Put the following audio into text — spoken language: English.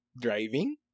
driving